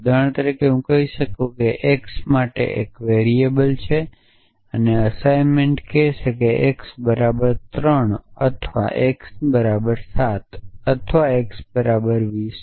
ઉદાહરણ તરીકે હું કહી શકું છું કેX માટે એક વેરીએબલ છે અને એસાઈનમેંટ કહેશે X બરાબર 3 અથવા X ની બરાબર 7 અથવા X બરાબર 20